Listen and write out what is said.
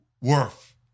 worth